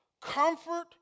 Comfort